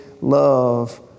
love